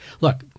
look